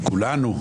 לכולנו,